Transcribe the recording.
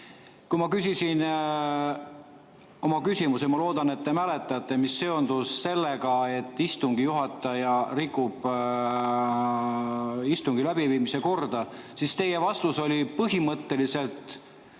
Kui ma küsisin oma küsimuse – ja ma loodan, et te mäletate –, mis oli seotud sellega, et istungi juhataja rikub istungi läbiviimise korda, siis teie vastus oli põhimõtteliselt